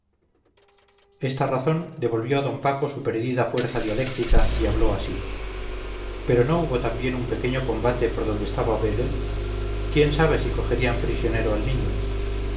esta razón devolvió a d paco su perdida fuerza dialéctica y habló así pero no hubo también un pequeño combate por donde estaba vedel quién sabe si cogerían prisionero al niño